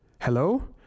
Hello